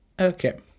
Okay